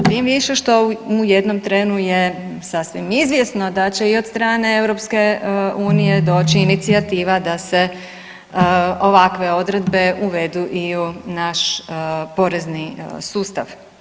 Tim više što u jednom trenu je sasvim izvjesno da će i od strane Europske unije doći inicijativa da se ovakve odredbe uvedu i u naš porezni sustav.